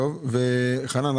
חנן,